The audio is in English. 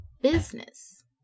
business